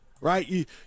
right